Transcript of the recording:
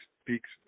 speaks